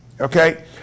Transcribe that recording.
okay